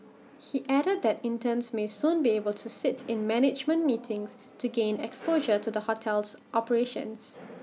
he added that interns may soon be able to sit in management meetings to gain exposure to the hotel's operations